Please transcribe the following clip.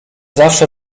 zawsze